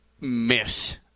miss